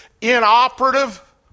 inoperative